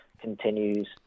continues